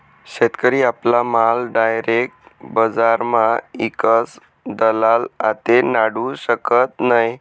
शेतकरी आपला माल डायरेक बजारमा ईकस दलाल आते नाडू शकत नै